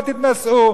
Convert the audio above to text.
אין סמכויות,